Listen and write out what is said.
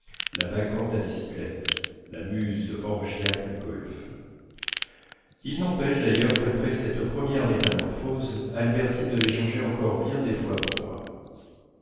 la bacchante à bicyclette la muse orgiaque du golf il n'empêche d'ailleurs qu'après cette première métamorphose albertine devait changer encore bien des fois pour moi